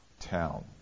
town